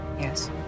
Yes